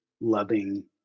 loving